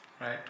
Right